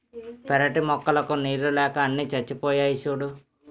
పెరటి మొక్కలకు నీళ్ళు లేక అన్నీ చచ్చిపోయాయి సూడూ